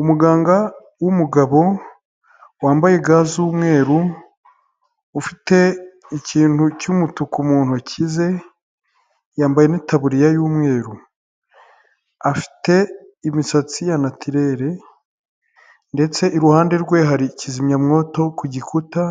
Umuganga wumugabo wambaye gazumweru ufite ikintu cy'umutuku mu ntoki ze yambaye n'itaburiya y'umweru. Afite imisatsi ya natirere ndetse iruhande rwe hari kizimyamwoto ku gikuta